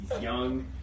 young